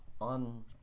on